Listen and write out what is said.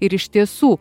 ir iš tiesų